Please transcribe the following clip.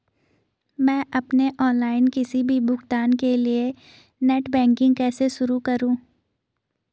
मैं अपने ऑनलाइन किसी भी भुगतान के लिए नेट बैंकिंग कैसे शुरु करूँ?